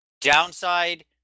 Downside